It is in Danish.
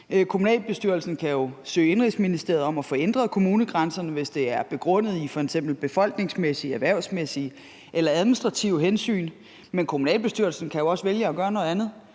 Kommunalbestyrelsen kan jo søge Indenrigsministeriet om at få ændret kommunegrænserne, hvis det er begrundet i f.eks. befolkningsmæssige, erhvervsmæssige eller administrative hensyn. Men kommunalbestyrelsen kan jo også vælge at gøre noget andet,